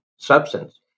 Substance